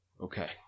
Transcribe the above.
Okay